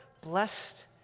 blessed